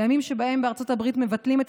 בימים שבהם בארצות הברית מבטלים את